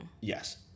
yes